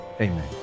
amen